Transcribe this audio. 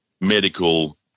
medical